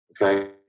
Okay